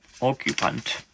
Occupant